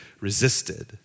resisted